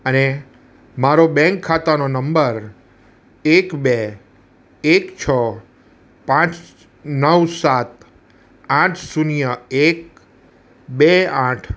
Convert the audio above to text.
અને મારો બેંક ખાતાનો નંબર એક બે એક છ પાંચ નવ સાત આઠ શૂન્ય એક બે આઠ